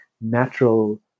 natural